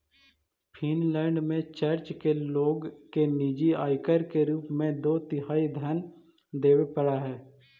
Finland में church के लोग के निजी आयकर के रूप में दो तिहाई धन देवे पड़ऽ हई